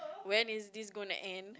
when is this gonna end